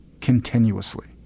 continuously